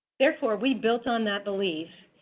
therefore, we built on that belief,